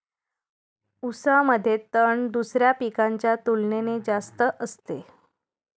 ऊसामध्ये तण दुसऱ्या पिकांच्या तुलनेने जास्त असते